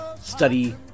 study